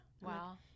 Wow